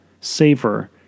savor